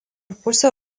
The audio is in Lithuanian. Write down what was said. pusė